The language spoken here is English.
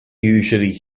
usually